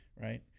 Right